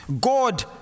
God